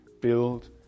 build